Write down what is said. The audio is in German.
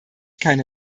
keine